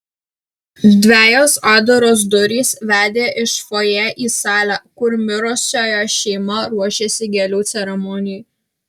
dvejos atdaros durys vedė iš fojė į salę kur mirusiojo šeima ruošėsi gėlių ceremonijai